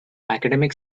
academic